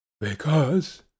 Because